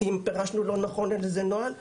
אם פירשנו לא נכון נוהל כלשהו,